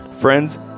Friends